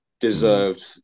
deserved